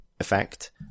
effect